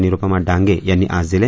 निरूपमा डांगे यांनी आज दिले